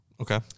Okay